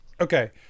Okay